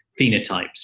phenotypes